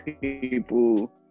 people